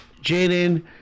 Jaden